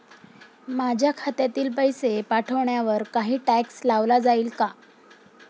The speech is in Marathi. माझ्या खात्यातील पैसे पाठवण्यावर काही टॅक्स लावला जाईल का?